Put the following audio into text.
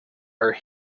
our